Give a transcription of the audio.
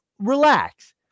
Relax